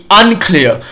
unclear